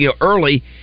early